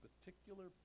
particular